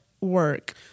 work